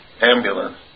ambulance